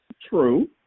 True